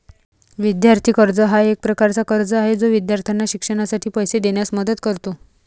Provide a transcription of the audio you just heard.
विद्यार्थी कर्ज हा एक प्रकारचा कर्ज आहे जो विद्यार्थ्यांना शिक्षणासाठी पैसे देण्यास मदत करतो